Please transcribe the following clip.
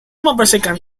membersihkan